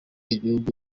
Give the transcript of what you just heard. ibihugu